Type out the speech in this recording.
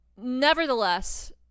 nevertheless